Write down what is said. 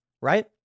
right